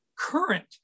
current